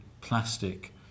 plastic